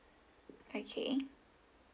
okay